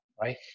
right